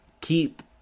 keep